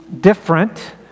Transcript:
different